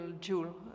jewel